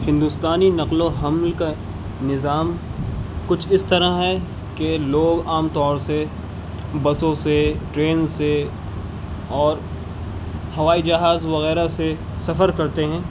ہندوستانی نقل و حمل کا نظام کچھ اس طرح ہے کہ لوگ عام طور سے بسوں سے ٹرین سے اور ہوائی جہاز وغیرہ سے سفر کرتے ہیں